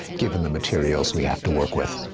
given the materials we have to work with.